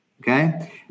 Okay